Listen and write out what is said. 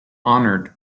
honoured